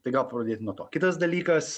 tai gal pradėti nuo to kitas dalykas